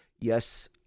yes